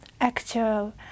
actual